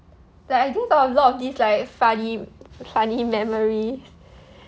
like I do got a lot of these like funny funny memories